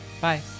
Bye